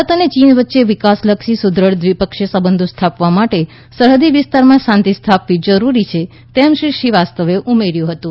ભારત અને ચીન વચ્ચે વિકાસલક્ષી અને સુદ્રઢ દ્વિપક્ષીય સંબંધો સ્થાપવા માટે સરહદી વિસ્તારમાં શાંતિ સ્થાપવી જરૂરી છે તેમ શ્રી શ્રીવાસ્તવે ઉમેર્યું હતું